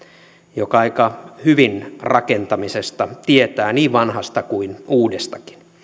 joka aika hyvin rakentamisesta tietää niin vanhasta kuin uudestakin